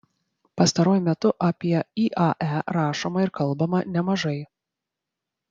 pastaruoju metu apie iae rašoma ir kalbama nemažai